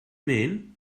mean